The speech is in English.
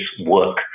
work